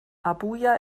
abuja